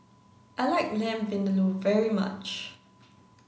I like lamb vindaloo very much